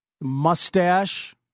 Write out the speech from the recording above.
Mustache